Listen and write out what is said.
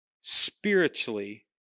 spiritually